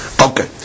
Okay